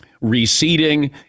receding